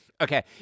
Okay